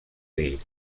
dir